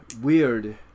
weird